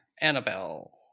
Annabelle